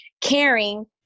caring